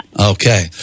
Okay